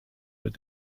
mit